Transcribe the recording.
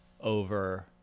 over